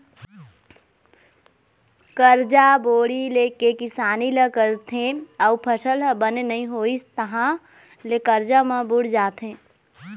करजा बोड़ी ले के किसानी ल करथे अउ फसल ह बने नइ होइस तहाँ ले करजा म बूड़ जाथे